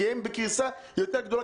כי הם בקריסה יותר גדולה,